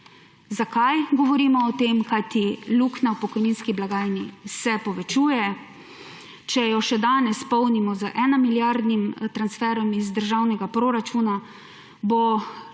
Zakaj govorimo o tem? Kajti luknja v pokojninski blagajni se povečuje. Če jo še dan polnimo z eno milijardnim transferom iz državnega proračuna, bo čez